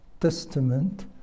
Testament